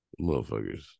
Motherfuckers